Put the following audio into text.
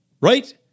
Right